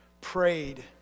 prayed